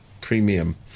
premium